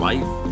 Life